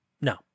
no